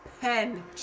pen